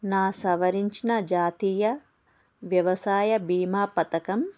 నా సవరించిన జాతీయ వ్యవసాయ బీమా పథకం